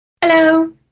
Hello